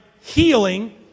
healing